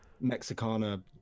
Mexicana